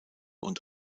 und